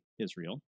Israel